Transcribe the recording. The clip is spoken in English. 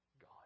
God